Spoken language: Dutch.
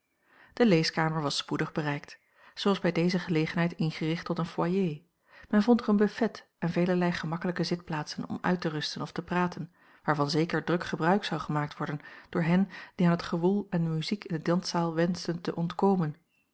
de leeskamer was spoedig bereikt zij was bij deze gelegenheid ingericht tot een foyer men vond er een buffet en velerlei gemakkelijke zitplaatsen om uit te rusten of te praten waarvan zeker druk gebruik zou gemaakt worden door hen die aan het gewoel en de muziek in de danszaal wenschten te ontkomen